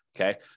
Okay